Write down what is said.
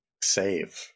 save